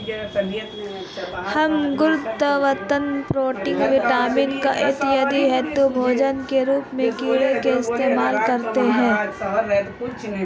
हम गुणवत्तापूर्ण protein, vitamin इत्यादि हेतु भोजन के रूप में कीड़े का इस्तेमाल करते हैं